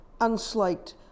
unslaked